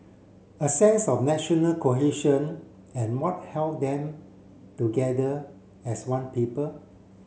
a sense of national cohesion and what held them together as one people